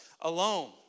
alone